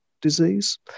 disease